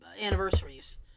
anniversaries